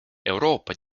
euroopa